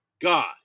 God